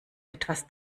etwas